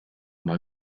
mal